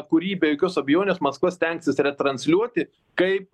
kurį be jokios abejonės maskva stengsis retransliuoti kaip